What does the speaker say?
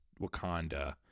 Wakanda